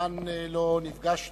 מזמן לא נפגשנו,